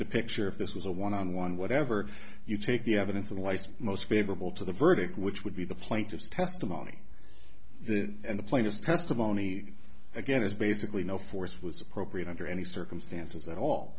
the picture if this was a one on one whatever you take the evidence and life's most favorable to the verdict which would be the plaintiff's testimony and the plaintiff's testimony again is basically no force was appropriate under any circumstances at all